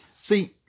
See